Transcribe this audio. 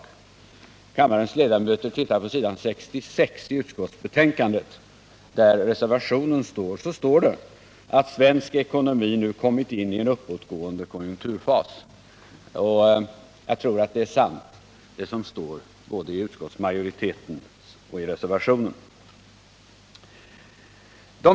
Om kammarens ledamöter tittar i reservationen, s. 66 i utskottsbetänkandet, så står där ”att den svenska ekonomin nu kommit in i en uppåtgående konjunkturfas”. Jag tror att både det utskottsmajoriteten säger och det som står i reservationen är sant.